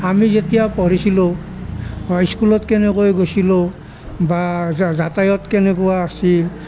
আমি যেতিয়া পঢ়িছিলোঁ বা স্কুলত কেনেকৈ গৈছিলোঁ বা যাতায়াত কেনেকুৱা আছিল